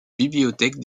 bibliothèque